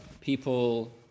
people